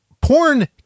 porn